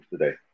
today